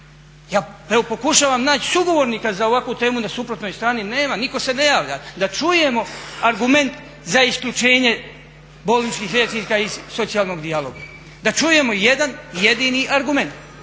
evo pokušavam naći sugovornika za ovakvu temu na suprotnoj strani, nema, niko se ne javlja, da čujemo argument za isključenje bolničkih liječnika iz socijalnog dijaloga, da čujemo jedan jedini argument